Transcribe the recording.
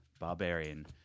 barbarian